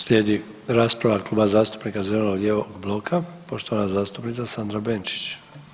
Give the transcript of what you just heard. Slijedi rasprava Kluba zastupnika zeleno-lijevog bloka, poštovana zastupnica Sandra Benčić.